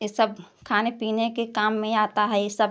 यह सब खाने पीने के काम में आता है ये सब